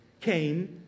came